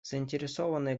заинтересованные